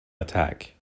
attack